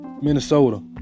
Minnesota